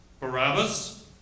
Barabbas